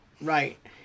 Right